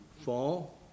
fall